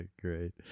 great